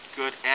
good